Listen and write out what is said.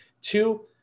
Two